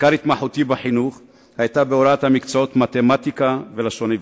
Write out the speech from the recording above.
עיקר התמחותי בחינוך היתה בהוראת המקצועות מתמטיקה ולשון עברית.